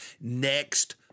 next